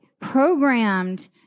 programmed